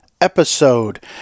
episode